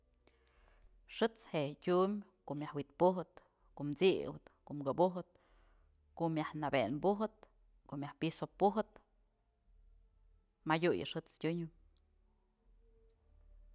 Xët's je'e yë tyumbyë ko'o myaj wi'it pujëp ko'o t'sip ko'o këbujëp ko'o myaj neben bujëp ko'o myaj piso pujëp madyu yë xët's tyun.